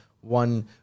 one